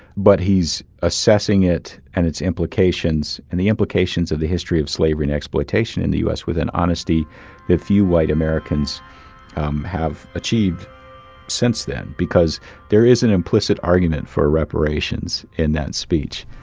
but he's assessing it and its implications, and the implications of the history of slavery and exploitation in the u s, with an honesty that few white americans have achieved since then. because there is an implicit argument for reparations in that speech.